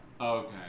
Okay